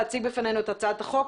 להציג בפנינו את הצעת החוק.